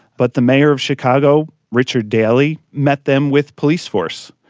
but the mayor of chicago, richard daley, met them with police force,